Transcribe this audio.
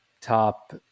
top